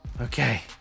okay